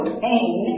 pain